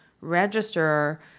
register